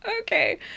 okay